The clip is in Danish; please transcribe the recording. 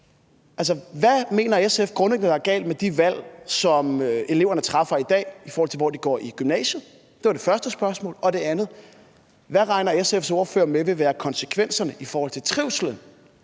Hvad mener SF grundlæggende at der er galt med de valg, som eleverne træffer i dag, i forhold til hvilket gymnasie de vil gå på? Det var det første spørgsmål. Det andet spørgsmål er: Hvad regner SF's ordfører med at konsekvenserne for trivslen